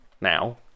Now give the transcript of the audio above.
now